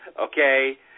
okay